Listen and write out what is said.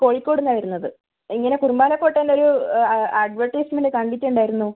കോഴിക്കോടിന്നാ വരുന്നത് എങ്ങനെ കുറുമ്പാലക്കോട്ടേൻ്റെ ഒരു അഡ്വടൈസ്മെൻറ്റ് കണ്ടിട്ട് ഉണ്ടായിരുന്നു